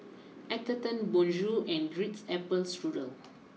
Atherton Bonjour and Ritz Apple Strudel